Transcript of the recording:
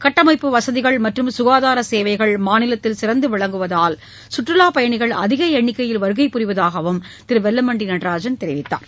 கட்டமைப்பு வசதிகள் மற்றும் சுகாதார சேவைகள் மாநிலத்தில் சிறந்து விளங்குவதால் சுற்றுலாப்பயணிகள் அதிக எண்ணிக்கையில் வருகை புரிவதாகவும் திரு வெல்லமண்டி நடராஜன் தெரிவித்தார்